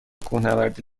کوهنوردی